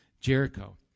Jericho